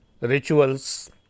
rituals